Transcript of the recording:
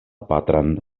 patran